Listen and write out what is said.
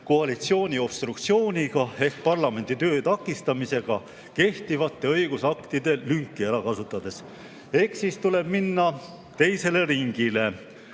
koalitsiooni obstruktsiooniga ehk parlamendi töö takistamisega kehtivate õigusaktide lünki ära kasutades. Eks siis tuleb minna teisele ringile. Aga